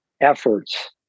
efforts